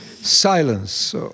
Silence